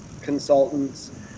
consultants